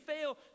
fail